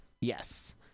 yes